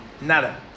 nada